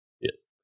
Yes